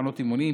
מחנות אימונים,